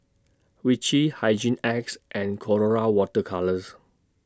Vichy Hygin X and Colora Water Colours